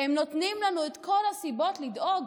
הם נותנים לנו את כל הסיבות לדאוג.